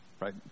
right